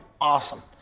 awesome